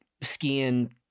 skiing